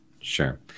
sure